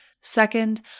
Second